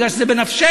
כי זה בנפשנו,